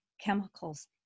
Chemicals